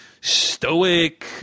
stoic